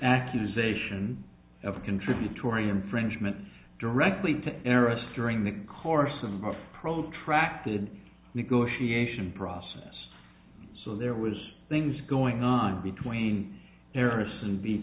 accusation of contributory infringement directly to interest during the course of a protracted negotiation process so there was things going on between terrorists and b